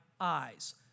eyes